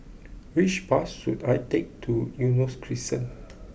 which bus should I take to Eunos Crescent